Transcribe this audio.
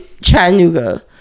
Chattanooga